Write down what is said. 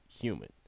human